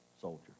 soldier